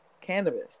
cannabis